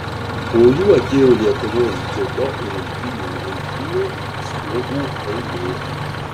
po jų atėjo lietuvos dziudo ir imtynių rinktinių atstovų eilė